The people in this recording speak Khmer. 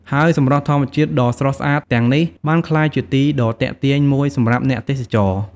ហើយសម្រស់ធម្មជាតិដ៏ស្រស់ស្អាតទាំងនេះ បានក្លាយជាទីដ៏ទាក់ទាញមួយសម្រាប់អ្នកទេសចរ។